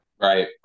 right